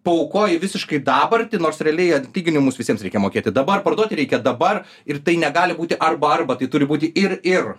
paaukojai visiškai dabartį nors realiai atlyginimus visiems reikia mokėti dabar parduoti reikia dabar ir tai negali būti arba arba tai turi būti ir ir